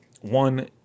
one